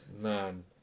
man